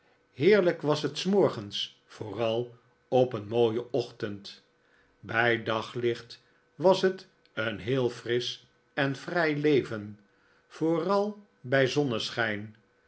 heerlijk was het s morgens vooral op een mooien ochtend bij daglicht was het een heel frisch en vrij leven vooral bij zon